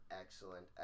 excellent